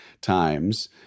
times